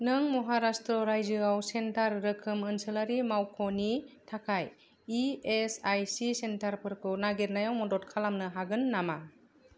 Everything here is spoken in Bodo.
नों महाराष्ट्र रायजोआव सेन्टार रोखोम ओनसोलारि मावख'नि थाखाय इएसआइसि सेन्टारफोरखौ नागिरनायाव मदद खालामनो हागोन नामा